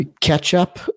ketchup